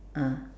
ah